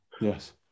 Yes